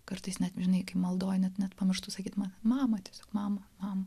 kartais net žinai kai maldoj net net pamirštu sakyt ma mama tiesiog mama mama